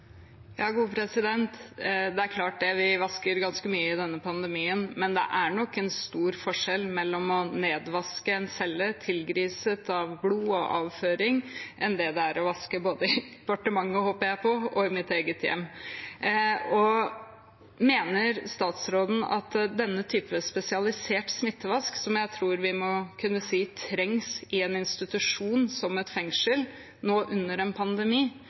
Det er klart at vi vasker ganske mye i denne pandemien, men det er nok en stor forskjell mellom å vaske ned en celle, tilgriset av blod og avføring, og å vaske i departementet – håper jeg på – og i mitt eget hjem. Mener statsråden at denne type spesialisert smittevask, som jeg tror vi må kunne si trengs i en institusjon som et fengsel, nå under en pandemi